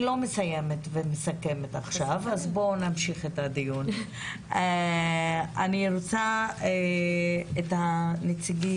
בואו נמשיך את הדיון, אני לא מסכמת עכשיו.